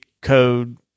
Code